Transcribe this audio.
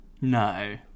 No